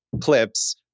clips